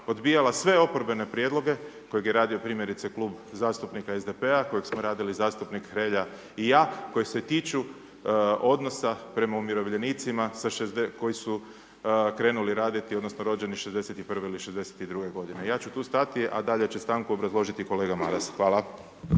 odbijala sve oporbene prijedloge kojeg je radio primjerice Klub zastupnika SDP-a, kojeg smo radili zastupnik Hrelja i ja, koji se tiču odnosa prema umirovljenicima koji su krenuli raditi odnosno rođeni '61. ili '62. godine. Ja ću tu stati a dalje će stanku obrazložiti kolega Maras, hvala.